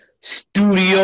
studio